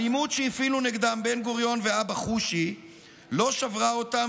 האלימות שהפעילו נגדם בן-גוריון ואבא חושי לא שברה אותם,